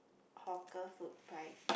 hawker food price